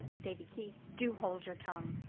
davy keith, do hold your tongue,